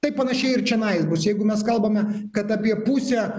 tai panašiai ir čenais bus jeigu mes kalbame kad apie pusę